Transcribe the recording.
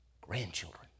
grandchildren